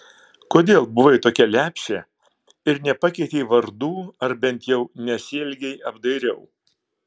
kodėl buvai tokia lepšė ir nepakeitei vardų ar bent jau nesielgei apdairiau